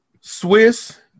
swiss